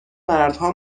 مردها